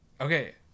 Okay